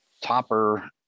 Topper